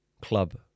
club